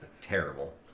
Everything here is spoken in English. Terrible